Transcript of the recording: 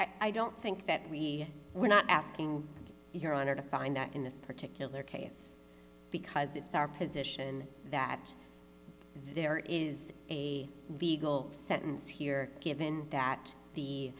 and i don't think that we were not asking your honor to find out in this particular case because it's our position that there is a legal sentence here given that the